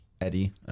Eddie